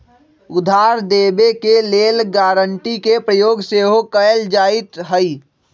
उधार देबऐ के लेल गराँटी के प्रयोग सेहो कएल जाइत हइ